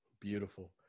beautiful